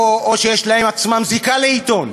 או שיש להם עצמם זיקה לעיתון,